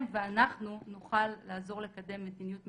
ואנחנו נוכל לעזור לקדם מדיניות מיטבית.